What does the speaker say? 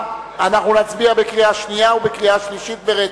אנחנו נצביע בקריאה שנייה ובקריאה שלישית ברצף.